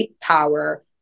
power